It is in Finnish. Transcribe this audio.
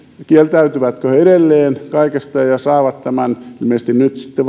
kieltäytyvätkö he edelleen kaikesta ja saavat tämän vapausrangaistuksen ilmeisesti sitten